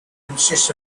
consists